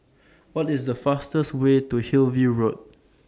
What IS The fastest Way to Hillview Road